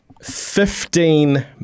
Fifteen